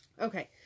Okay